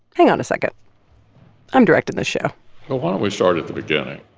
hang on a second i'm directing the show well, why don't we start at the beginning?